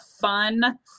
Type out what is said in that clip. fun